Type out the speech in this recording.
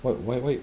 wait wait wait